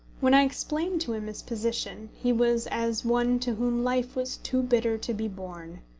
when i explained to him his position, he was as one to whom life was too bitter to be borne.